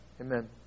Amen